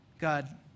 God